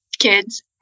kids